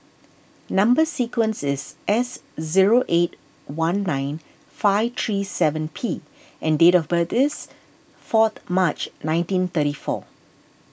Number Sequence is S zero eight one nine five three seven P and date of birth is fourth March nineteen thirty four